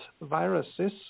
viruses